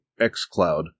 xCloud